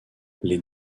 les